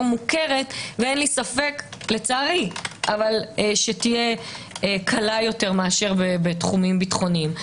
מוכרת ואין לי ספק לצערי שתהיה קלה יותר מאשר בתחומים ביטחוניים.